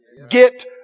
Get